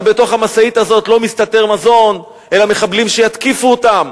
אבל בתוך המשאית הזאת לא מסתתר מזון אלא מחבלים שיתקיפו אותם,